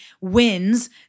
wins